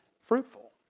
fruitful